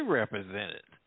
represented